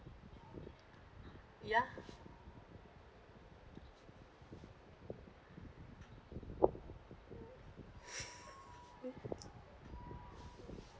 ya